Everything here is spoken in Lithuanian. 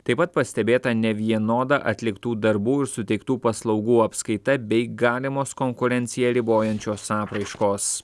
taip pat pastebėta nevienoda atliktų darbų ir suteiktų paslaugų apskaita bei galimos konkurenciją ribojančios apraiškos